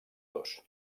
dos